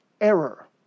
error